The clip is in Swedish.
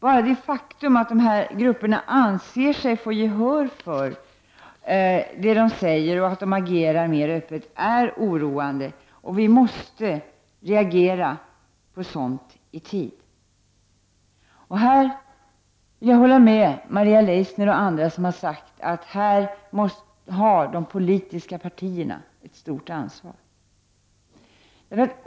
Bara det faktum att dessa grupper anser sig få gehör för det de säger och att de agerar mer öppet är oroande. Vi måste reagera på sådant i tid. Jag håller med Maria Leissner och andra som sagt att de politiska partierna har ett stort ansvar i dessa frågor.